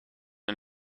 den